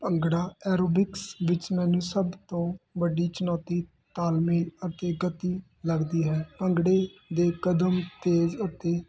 bhangra aerobics ਵਿਚ ਮੈਨੂੰ ਸਭ ਤੋਂ ਵੱਡੀ ਚੁਣੌਤੀ ਤਾਲਮੇਲ ਅੱਗੇ ਗਤੀ ਲੱਗਦੀ ਹੈ ਭੰਗੜੇ ਦੇ ਕਦਮ ਤੇਜ਼ ਅਤੇ